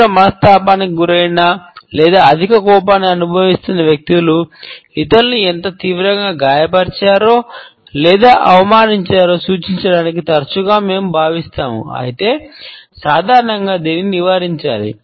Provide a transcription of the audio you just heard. తీవ్ర మనస్తాపానికి గురైన లేదా అధిక కోపాన్ని అనుభవిస్తున్న వ్యక్తులు ఇతరులను ఎంత తీవ్రంగా గాయపరిచారో లేదా అవమానించారో సూచించడానికి తరచుగా మేము భావిస్తాము అయితే సాధారణంగా దీనిని నివారించాలి